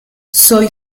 soy